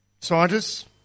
Scientists